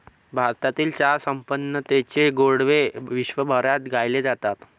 भारतामधील चहा संपन्नतेचे गोडवे विश्वभरामध्ये गायले जातात